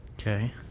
okay